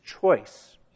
choice